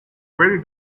very